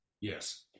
Yes